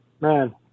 Man